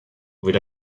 with